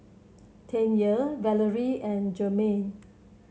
Tanya Valery and Jermain